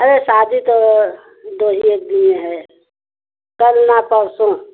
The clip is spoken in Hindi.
अरे शादी तो दो ही एक दिन में है कल ना परसों